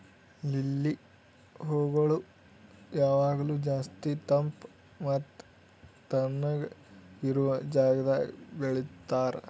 lily ಹೂಗೊಳ್ ಯಾವಾಗ್ಲೂ ಜಾಸ್ತಿ ತಂಪ್ ಮತ್ತ ತಣ್ಣಗ ಇರೋ ಜಾಗದಾಗ್ ಬೆಳಿತಾರ್